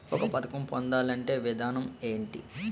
ఒక పథకం పొందాలంటే విధానం ఏంటి?